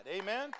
Amen